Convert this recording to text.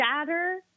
shatter